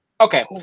Okay